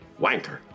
wanker